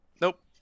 nope